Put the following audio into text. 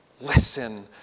Listen